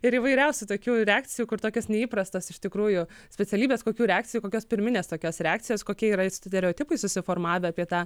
ir įvairiausių tokių reakcijų kur tokios neįprastos iš tikrųjų specialybės kokių reakcijų kokios pirminės tokios reakcijos kokie yra stereotipai susiformavę apie tą